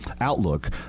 outlook